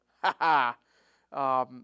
Ha-ha